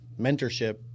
mentorship